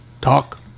talk